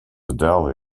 adele